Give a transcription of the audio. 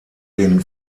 den